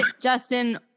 Justin